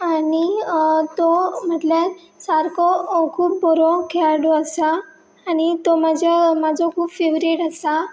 आनी तो म्हटल्यार सारको खूब बरो खेळडूो आसा आनी तो म्हाज्या म्हाजो खूब फेवरेट आसा